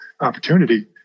opportunity